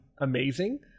amazing